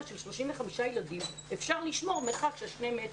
של 35 ילדים אפשר לשמור מרחק של שני מטרים.